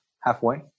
halfway